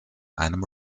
einem